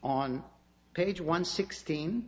on page one sixteen